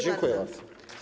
Dziękuję bardzo.